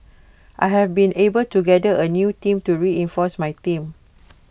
I have been able to gather A new team to reinforce my team